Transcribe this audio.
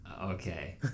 Okay